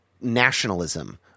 nationalism